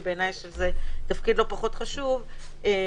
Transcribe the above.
שזה תפקיד לא פחות חשוב בעיניי.